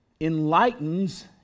enlightens